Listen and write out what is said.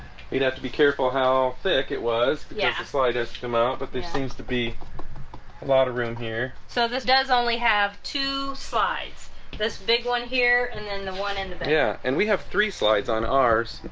you'd have to be careful how thick it was yeah the slightest amount but this seems to be a lot of room here so this does only have two slides this big one here and then the one end of it yeah, and we have three slides on ours,